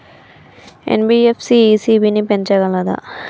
NBFC ECB ని పెంచగలదా?